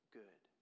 good